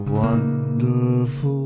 wonderful